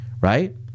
right